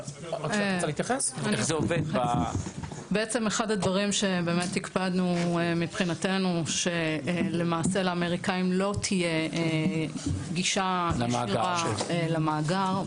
אחד הדברים שהקפדנו מבחינתנו זה שלאמריקאים לא תהיה גישה ישירה למאגר.